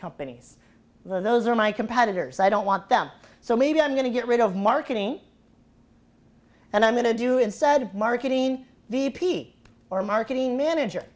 companies those are my competitors i don't want them so maybe i'm going to get rid of marketing and i'm going to do instead of marketing v p or marketing manager